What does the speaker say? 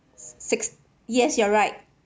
six yes you're right